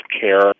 care